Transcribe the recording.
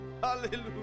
Hallelujah